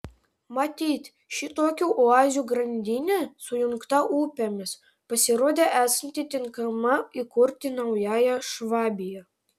matyt šitokių oazių grandinė sujungta upėmis pasirodė esanti tinkama įkurti naująją švabiją